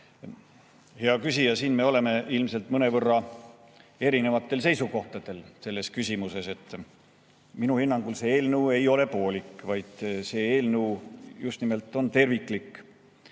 Hea küsija, siin me oleme ilmselt mõnevõrra erinevatel seisukohtadel selles küsimuses. Minu hinnangul see eelnõu ei ole poolik, vaid see eelnõu just nimelt on terviklik.